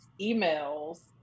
emails